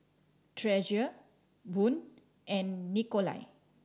Treasure Boone and Nikolai